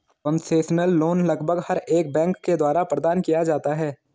concessional loan लगभग हर एक बैंक के द्वारा प्रदान किया जाता है